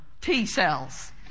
T-cells